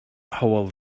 hywel